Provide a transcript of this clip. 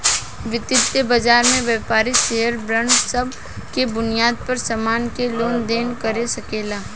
वितीय बाजार में व्यापारी शेयर बांड सब के बुनियाद पर सामान के लेन देन कर सकेला